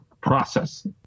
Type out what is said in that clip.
process